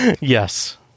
Yes